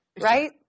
Right